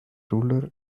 ruler